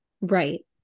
right